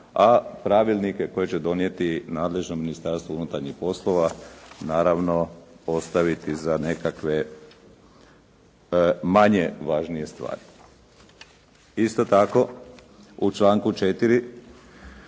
a pravilnike koje će donijeti nadležno Ministarstvo unutarnjih poslova naravno postaviti za nekakve manje važnije stvari. Isto tako u članku 4.,